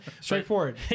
straightforward